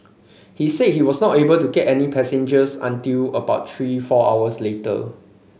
he said he was not able to get any passengers until about three four hours later